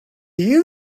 you